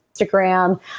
Instagram